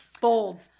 bold